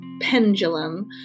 pendulum